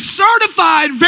certified